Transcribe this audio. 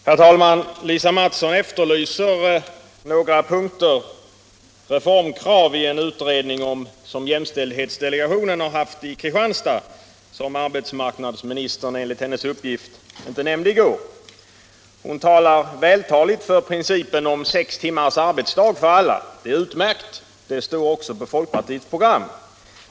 Herr talman! Lisa Mattson efterlyste några punkter med reformkrav i en utredning som jämställdhetsdelegationen har gjort i Kristianstad och som arbetsmarknadsministern enligt hennes uppgift inte nämnde i går. Lisa Mattson pläderar vältaligt för principen om sex timmars arbetsdag för alla. Det är utmärkt — det står också på folkpartiets program.